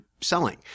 selling